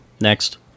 Next